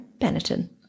Benetton